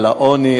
על העוני,